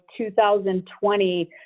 2020